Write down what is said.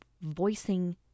voicing